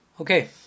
Okay